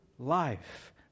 Life